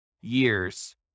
years